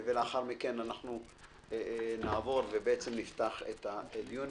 לאחר מכן נפתח את הדיון.